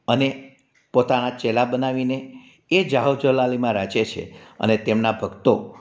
અને પોતાના ચેલા બનાવીને એ જાહોજલાલીમાં રાચે છે અને તેમના ભક્તો